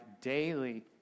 daily